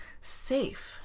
safe